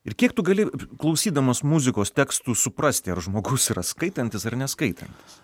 ir kiek tu gali klausydamas muzikos tekstų suprasti ar žmogus yra skaitantis ar neskaitantis